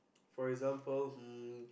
for example um